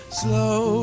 slow